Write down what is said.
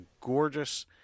gorgeous